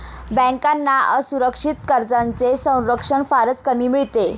बँकांना असुरक्षित कर्जांचे संरक्षण फारच कमी मिळते